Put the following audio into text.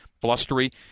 blustery